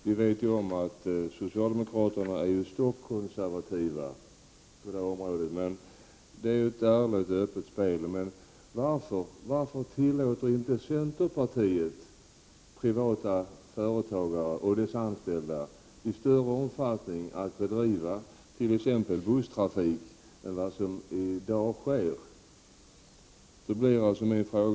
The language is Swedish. Vi vet ju att socialdemokraterna är stockkonservativa på det området — det är ju ett ärligt och öppet spel — men varför tillåter inte centerpartiet privata företagare och deras anställda att i större omfattning bedriva t.ex. busstrafik än vad som i dag sker?